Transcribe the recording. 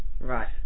right